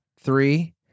three